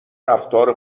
رفتار